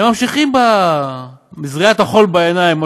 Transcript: הם ממשיכים בזריית חול בעיניים.